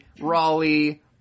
Raleigh